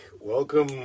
Welcome